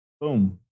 boom